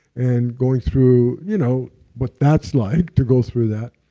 and going through, you know what that's like, to go through that.